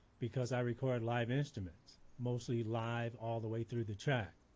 because i record live instruments, mostly live all the way through the track.